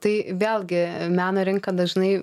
tai vėlgi meno rinka dažnai